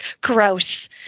gross